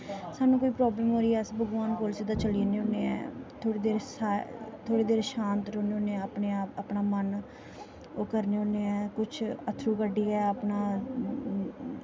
सानूं कोई प्राब्लम होआ दी ऐ अस सिद्ध भगवान कोल चली जन्ने होन्ने आं थोह्ड़ी देर शांत रौह्ने होन्ने आं अपनां मन ओह् करने होन्ने आं अत्थरूं कड्डियै अपना